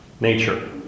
nature